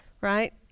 right